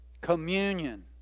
Communion